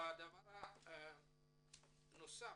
דבר נוסף,